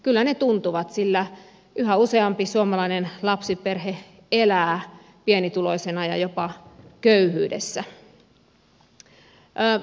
kyllä ne tuntuvat sillä yhä useampi suomalainen lapsiperhe elää pienituloisena ja jopa köyhyydessä